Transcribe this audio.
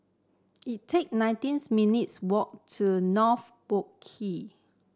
it take nineteens minutes' walk to North Boat Quay